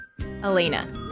Elena